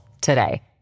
today